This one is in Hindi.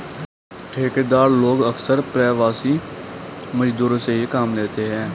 ठेकेदार लोग अक्सर प्रवासी मजदूरों से ही काम लेते हैं